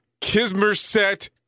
kismerset